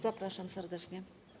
Zapraszam serdecznie.